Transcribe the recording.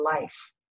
life